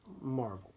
Marvel